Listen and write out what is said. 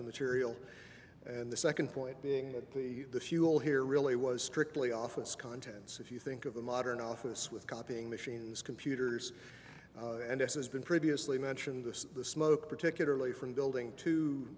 the material and the second point being that the the fuel here really was strictly off its contents if you think of a modern office with copying machines computers and as has been previously mentioned of the smoke particularly from building to